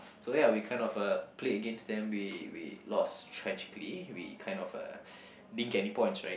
so ya we kind of uh played against them we we lost tragically we kind of uh didn't get any points right